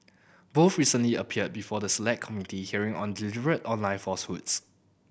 both recently appeared before the Select Committee hearing on deliberate online falsehoods